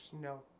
No